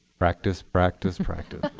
practice, practice, practice.